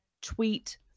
tweet